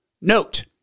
Note